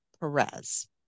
Perez